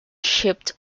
shipped